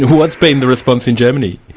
what's been the response in germany?